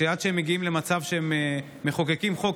עד שהם מגיעים למצב שהם מחוקקים חוק,